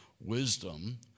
wisdom